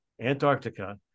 Antarctica